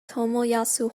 tomoyasu